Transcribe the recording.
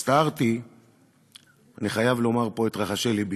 הצטערתי, אני חייב לומר פה את רחשי לבי,